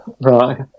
Right